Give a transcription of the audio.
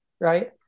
Right